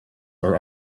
are